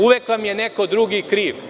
Uvek vam je neko drugi kriv.